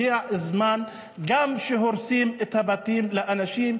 הגיע הזמן שגם כשהורסים את הבתים לאנשים,